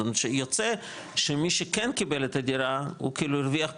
זאת אומרת שיוצא שמי כן קיבל את הדירה הוא כאילו הרוויח פעמיים,